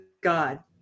God